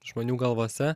žmonių galvose